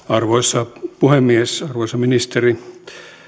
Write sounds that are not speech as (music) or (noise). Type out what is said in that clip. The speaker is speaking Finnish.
(unintelligible) arvoisa puhemies arvoisa ministeri